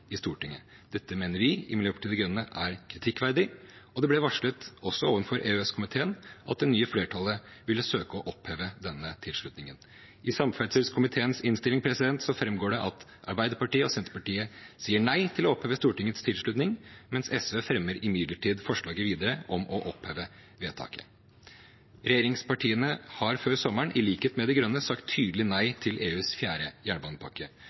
i Stortinget. Dette mener vi i Miljøpartiet De Grønne er kritikkverdig, og det ble varslet, også overfor EØS-komiteen, at det nye flertallet ville søke å oppheve denne tilslutningen. I samferdselskomiteens innstilling framgår det at Arbeiderpartiet og Senterpartiet sier nei til å oppheve Stortingets tilslutning. SV fremmer imidlertid forslaget videre om å oppheve vedtaket. Regjeringspartiene har før sommeren, i likhet med De Grønne, sagt tydelig nei til EUs fjerde jernbanepakke.